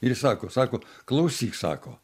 ir jis sako sako klausyk sako